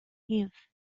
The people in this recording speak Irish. thaobh